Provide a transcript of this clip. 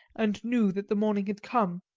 and knew that the morning had come.